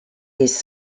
his